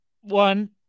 One